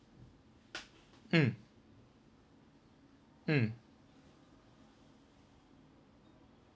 mm mm